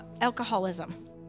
alcoholism